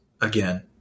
again